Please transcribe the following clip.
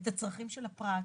את הצרכים של הפרט.